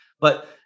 but-